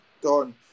done